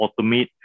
automate